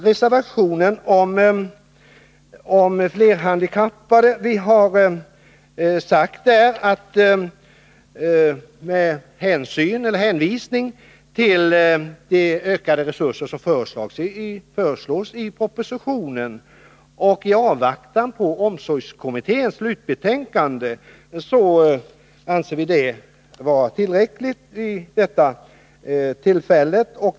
Beträffande insatser för flerhandikappade har vi hänvisat till de ökade resurser som förslås i propositionen och till det kommande slutbetänkandet från omsorgskommittén och sagt att vi tycker att det är tillräckligt vid detta tillfälle.